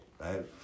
right